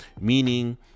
meaning